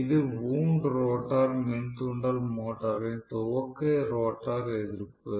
இது wound rotor மின் தூண்டல் மோட்டரின் துவக்க ரோட்டார் எதிர்ப்பு